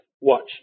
watch